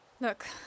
Look